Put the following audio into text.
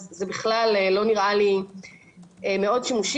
אז זה לא נראה לי מאוד שימושי.